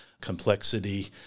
complexity